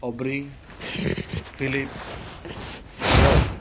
o'brien phillip joel